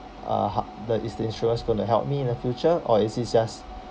uh h~ the is the insurance going to help me in the future or is it just